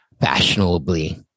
fashionably